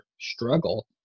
Struggle